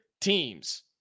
teams